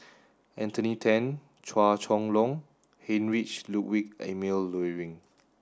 Anthony Then Chua Chong Long Heinrich Ludwig Emil Luering